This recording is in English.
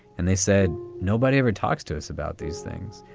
and they said, nobody ever talks to us about these things.